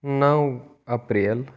نَو اَپریل